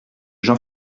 jean